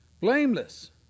blameless